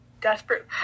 Desperate